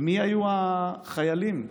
ומי היו החיילים אז?